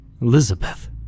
Elizabeth